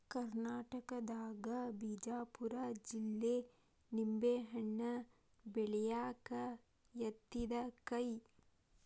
ಕರ್ನಾಟಕದಾಗ ಬಿಜಾಪುರ ಜಿಲ್ಲೆ ನಿಂಬೆಹಣ್ಣ ಬೆಳ್ಯಾಕ ಯತ್ತಿದ ಕೈ